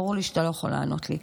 ברור לי שאתה לא יכול לענות לי.